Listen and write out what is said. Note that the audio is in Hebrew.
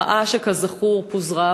מחאה שכזכור פוזרה